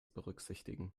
berücksichtigen